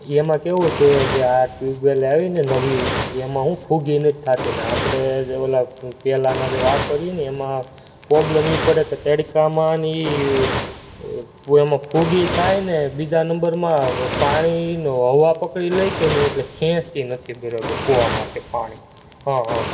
એ એમાં કેવું છે જે આ ટ્યૂબવેલ આવીને નવી એમાં શું ફૂગી નથી થતી અને આપણે જે ઓલા પહેલાંના જે વાપરીએને એમાં પોબલમ એ પડે કે તડકામાં અને એ એમાં ફુગી થાય ને બીજા નંબરમાં પાણીનું હવા પકડી લે કે નહીં એટલે ખેંચતી નથી બરાબર કૂવામાંથી પાણી હં હં